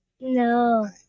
No